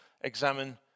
examine